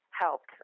helped